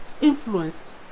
influenced